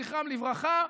זכרם לברכה,